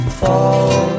fall